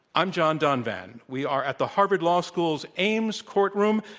i'm john donvan. we are at the harvard law school's ames courtroom.